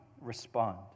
respond